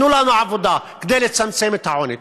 תנו לנו עבודה כדי לצמצם את העוני.